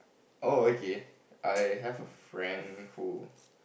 oh okay I have friend who